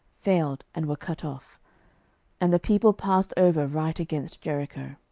failed, and were cut off and the people passed over right against jericho.